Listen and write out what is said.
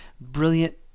Brilliant